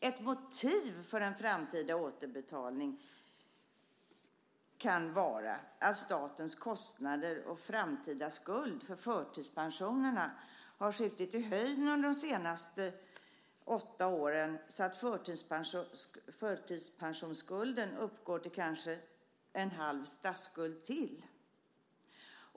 Ett motiv för en framtida återbetalning kan vara att statens kostnader och framtida skuld för förtidspensionerna har skjutit i höjden under de senaste åtta åren så att förtidspensionsskulden uppgår till kanske en halv statsskuld till.